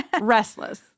Restless